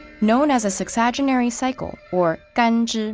known as a sexagenary cycle, or ganzhi.